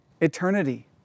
eternity